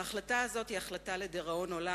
ההחלטה הזאת היא החלטה לדיראון עולם.